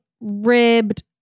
ribbed